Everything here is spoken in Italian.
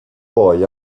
poi